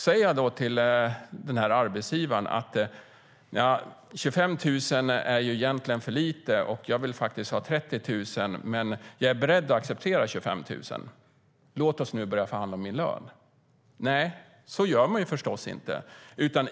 Säger jag då till arbetsgivaren innan vi börjat förhandla att 25 000 är för lite och att jag vill ha 30 000 men att jag är beredd att acceptera 25 000? Nej, så gör jag förstås inte.